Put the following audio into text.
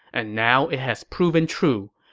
and now it has proven true.